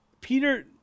Peter